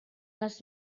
les